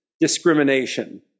discrimination